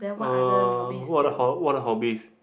uh what the ho~ what the hobbies